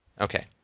Okay